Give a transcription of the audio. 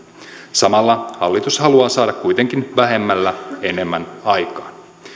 samalla hallitus haluaa saada kuitenkin vähemmällä enemmän aikaan